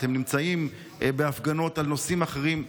אתם נמצאים בהפגנות על נושאים אחרים,